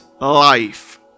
life